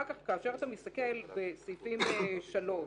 כאשר אתה מסתכל בסעיפים 3,